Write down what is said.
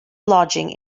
lodging